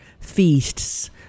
feasts